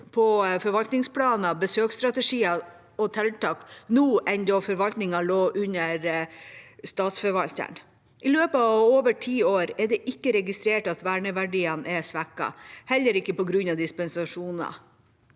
på forvaltningsplaner, besøksstrategier og tiltak nå enn det var da forvaltningen lå under statsforvalteren. I løpet av over ti år er det ikke registrert at verneverdiene er svekket, heller ikke på grunn av dispensasjoner,